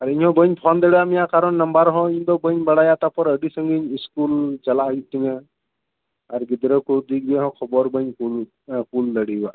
ᱟᱨ ᱤᱧᱦᱚᱸ ᱵᱟᱹᱧ ᱯᱷᱳᱱ ᱫᱟᱲᱮᱭᱟᱜ ᱢᱮᱭᱟ ᱠᱟᱨᱚᱱ ᱱᱟᱢᱵᱟᱨ ᱦᱚᱸ ᱵᱟᱹᱧ ᱵᱟᱲᱟᱭᱟ ᱛᱟᱨᱯᱚᱨ ᱟᱹᱰᱤ ᱥᱟᱺᱜᱤᱧ ᱤᱥᱠᱩᱞ ᱪᱟᱞᱟᱜ ᱦᱩᱭᱩᱜ ᱛᱤᱧᱟᱹ ᱟᱨ ᱜᱤᱫᱽᱨᱟᱹ ᱠᱚ ᱫᱤᱠ ᱫᱤᱭᱮ ᱦᱚᱸ ᱠᱷᱚᱵᱚᱨ ᱵᱟᱹᱧ ᱠᱳᱞ ᱠᱳᱞ ᱫᱟᱲᱮᱭᱟᱜ ᱠᱚᱣᱟ